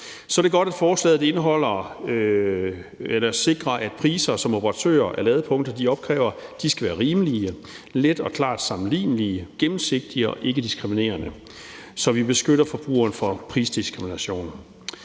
Så er det godt, at forslaget sikrer, at de priser, som operatører af ladepunkter opkræver, skal være rimelige, let og klart sammenlignelige, gennemsigtige og ikkediskriminerende, så vi beskytter forbrugeren mod prisdiskrimination.